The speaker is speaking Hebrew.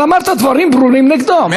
אבל אמרת דברים ברורים נגדו.